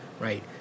Right